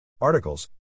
Articles